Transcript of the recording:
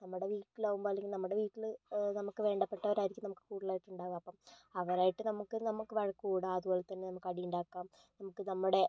നമ്മുടെ വീട്ടിലാവുമ്പോൾ അല്ലെങ്കിൽ നമ്മുടെ വീട്ടിൽ നമുക്ക് വേണ്ടപ്പെട്ടവരായിരിക്കും നമുക്ക് കൂടുതലായിട്ടും ഉണ്ടാവുക അപ്പോൾ അവരുമായിട്ട് നമുക്ക് നമുക്ക് വഴക്ക് കൂടാം അതുപോലെത്തന്നെ നമുക്ക് അടി ഉണ്ടാക്കാം നമുക്ക് നമ്മുടെ